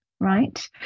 right